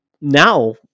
now